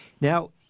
Now